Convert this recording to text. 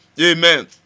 amen